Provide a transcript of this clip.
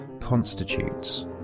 constitutes